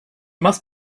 must